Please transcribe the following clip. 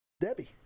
Debbie